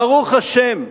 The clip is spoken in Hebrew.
ברוך השם,